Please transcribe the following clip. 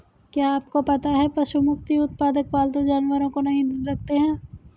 क्या आपको पता है पशु मुक्त उत्पादक पालतू जानवरों को नहीं रखते हैं?